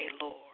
Lord